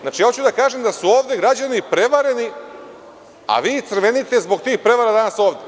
Znači, hoću da kažem da su ovde građani prevareni, a vi crvenite zbog tih prevara danas ovde.